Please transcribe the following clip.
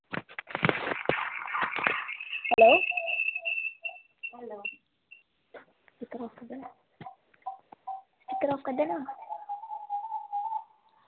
hello